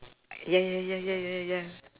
ya ya ya ya ya ya